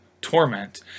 torment